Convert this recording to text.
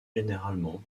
généralement